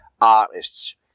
artists